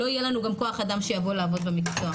לא יהיה לנו גם כוח אדם שיבוא לעבוד במקצוע,